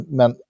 men